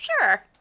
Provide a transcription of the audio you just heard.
Sure